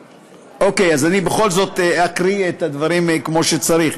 אוקיי, אז אני בכל זאת אקריא את הדברים כמו שצריך: